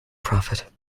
prophet